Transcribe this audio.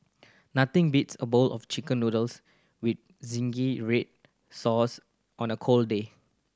nothing beats a bowl of Chicken Noodles with zingy red sauce on a cold day